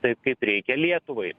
taip kaip reikia lietuvai